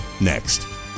next